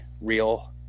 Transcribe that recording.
real